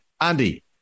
Andy